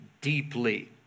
deeply